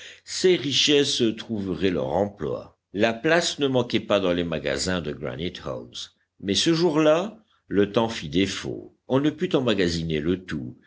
ces richesses trouveraient leur emploi la place ne manquait pas dans les magasins de granite house mais ce jour-là le temps fit défaut on ne put emmagasiner le tout